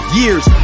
years